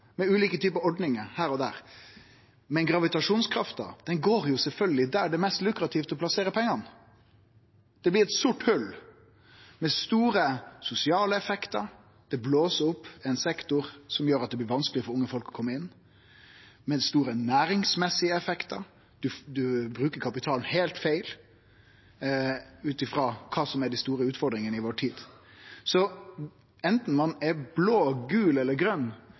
med ulike typar ordningar her og der. Men gravitasjonskrafta går sjølvsagt der det er mest lukrativt å plassere pengane. Det blir eit sort hòl, med både store sosiale effektar, ved at det blåser opp ein sektor som gjer at det blir vanskeleg for unge folk å kome inn, og det får store næringsmessige effektar, ved at ein bruker kapitalen heilt feil ut frå kva som er dei store utfordringane i vår tid. Så anten ein er blå, gul eller grøn